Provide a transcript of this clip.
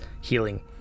healing